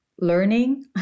learning